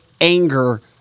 anger